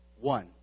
One